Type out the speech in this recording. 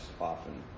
often